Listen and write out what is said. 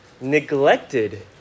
neglected